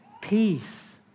peace